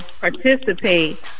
participate